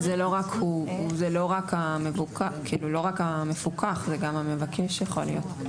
זה לא רק המפוקח, זה גם המבקש יכול להיות.